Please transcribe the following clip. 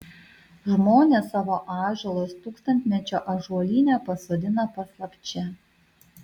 žmonės savo ąžuolus tūkstantmečio ąžuolyne pasodina paslapčia